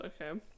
okay